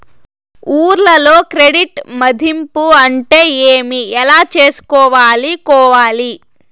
ఊర్లలో క్రెడిట్ మధింపు అంటే ఏమి? ఎలా చేసుకోవాలి కోవాలి?